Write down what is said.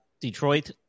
Detroit